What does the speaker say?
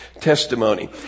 testimony